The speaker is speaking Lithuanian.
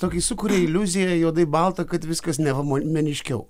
tokį sukuria iliuziją juodai balta kad viskas neva mon meniškiau